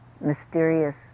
mysterious